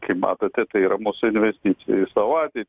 kaip matote tai yra mūsų investicija į savo ateitį